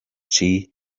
see